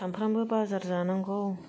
सानफ्रामबो बाजार जानांगौ